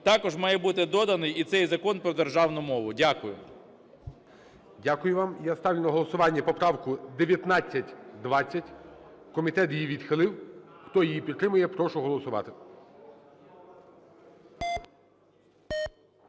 також має бути доданий і цей Закон про державну мову. Дякую. ГОЛОВУЮЧИЙ. Дякую вам. Я ставлю на голосування поправку 1920. Комітет її відхилив. Хто її підтримує, я прошу голосувати.